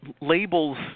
Labels